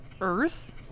Earth